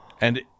And-